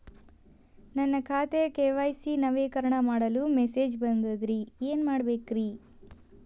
ನನ್ನ ಖಾತೆಯ ಕೆ.ವೈ.ಸಿ ನವೇಕರಣ ಮಾಡಲು ಮೆಸೇಜ್ ಬಂದದ್ರಿ ಏನ್ ಮಾಡ್ಬೇಕ್ರಿ?